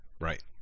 right